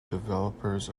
developers